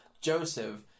Joseph